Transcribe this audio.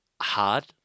hard